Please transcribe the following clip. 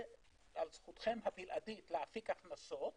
חוזה על זכותכם הבלעדית להפיק הכנסות